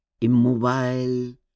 Immobile